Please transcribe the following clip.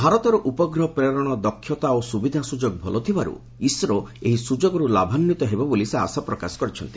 ଭାରତର ଉପଗ୍ରହ ପ୍ରେରଣ ଦକ୍ଷତା ଓ ସୁବିଧା ସୁଯୋଗ ଭଲ ଥିବାରୁ ଇସ୍ରୋ ଏହି ସୁଯୋଗରୁ ଲାଭାନ୍ୱିତ ହେବ ବୋଲି ସେ ଆଶା ପ୍ରକାଶ କରିଛନ୍ତି